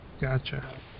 Gotcha